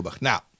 Now